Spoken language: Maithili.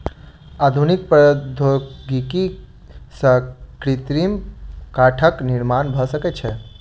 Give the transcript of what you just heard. आधुनिक प्रौद्योगिकी सॅ कृत्रिम काठक निर्माण भ सकै छै